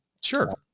Sure